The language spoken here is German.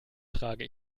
trage